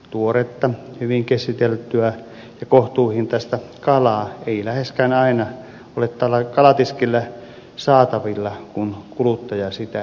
tuoretta hyvin käsiteltyä ja kohtuuhintaista kalaa ei läheskään aina ole kalatiskillä saatavilla kun kuluttaja sitä kysyy